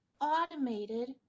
automated